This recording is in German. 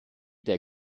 der